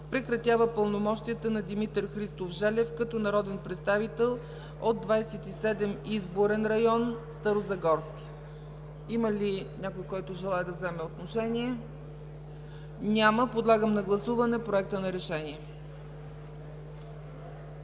Прекратява пълномощията на Димитър Христов Желев като народен представител от Двадесет и седми изборен район – Старозагорски”. Има ли някой, който желае да вземе отношение? Няма. Подлагам на гласуване Проекта на решение.